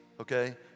okay